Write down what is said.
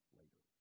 later